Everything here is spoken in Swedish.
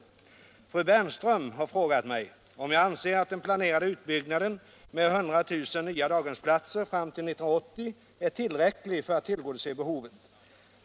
barnomsorgen Fru Bernström har frågat mig om jag anser att den planerade utbyggnaden med 100 000 nya daghemsplatser fram till 1980 är tillräcklig för att tillgodose behovet.